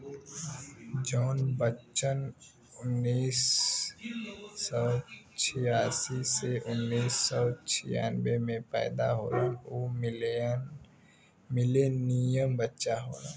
जौन बच्चन उन्नीस सौ छियासी से उन्नीस सौ छियानबे मे पैदा होलन उ मिलेनियन बच्चा होलन